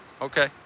Okay